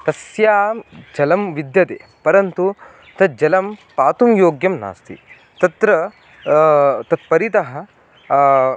तस्यां जलं विद्यते परन्तु तज्जलं पातुं योग्यं नास्ति तत्र तत्परितः